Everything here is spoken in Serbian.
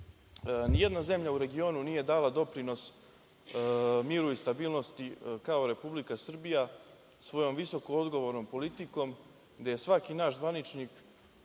zemlja u regionu nije dala doprinos miru i stabilnosti kao Republika Srbija svojom visoko odgovornom politikom, gde je svaki naš zvaničnik